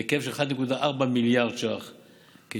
בהיקף של כ-1.4 מיליארד ש"ח,